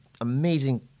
amazing